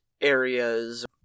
areas